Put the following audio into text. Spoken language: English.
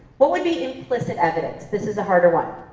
what would be implicit evidence? this is a harder one.